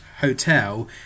hotel